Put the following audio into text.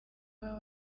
baba